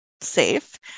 Safe